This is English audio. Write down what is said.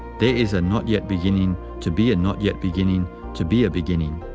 there is a not yet beginning to be a not yet beginning to be a beginning.